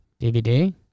DVD